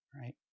right